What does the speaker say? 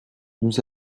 nous